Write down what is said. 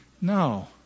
No